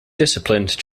disciplined